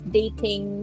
dating